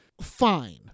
Fine